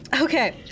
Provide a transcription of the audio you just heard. Okay